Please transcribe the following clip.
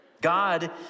God